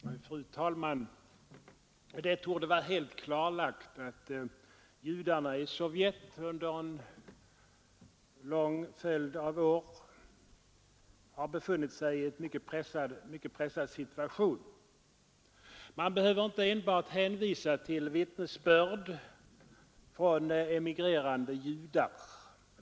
Fru talman! Det torde vara helt klart att judarna i Sovjet under en lång följd av år befunnit sig i en mycket pressad situation. Man behöver inte enbart hänvisa till vittnesbörd från emigrerande judar.